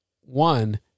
one